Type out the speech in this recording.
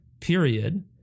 period